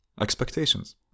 expectations